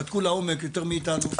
בדקו לעומק יותר מאיתנו.